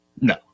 No